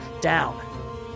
down